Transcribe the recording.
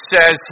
says